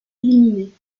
éliminés